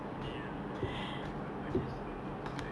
boleh ah you know got this uh oh god